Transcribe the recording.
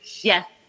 Yes